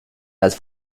las